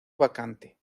vacante